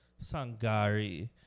Sangari